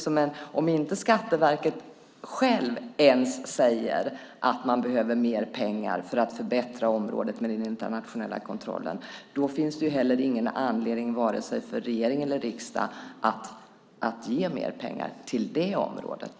Om inte Skatteverket självt ens säger att man behöver mer pengar för att förbättra den internationella kontrollen finns det heller ingen anledning för vare sig regering eller riksdag att ge mer pengar till det området.